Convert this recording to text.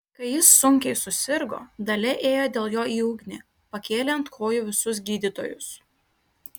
kai jis sunkiai susirgo dalia ėjo dėl jo į ugnį pakėlė ant kojų visus gydytojus